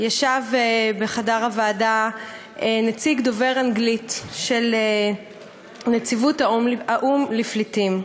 ישב בחדר הוועדה נציג דובר אנגלית של נציבות האו"ם לפליטים.